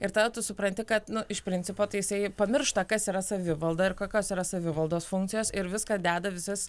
ir tada tu supranti kad nu iš principo tai jisai pamiršta kas yra savivalda ir kokios yra savivaldos funkcijos ir viską deda visas